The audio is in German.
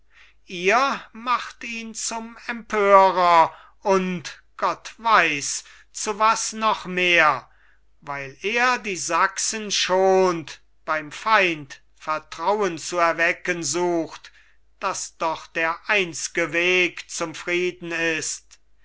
ihr macht ihn zum empörer und gott weiß zu was noch mehr weil er die sachsen schont beim feind vertrauen zu erwecken sucht das doch der einzge weg zum frieden ist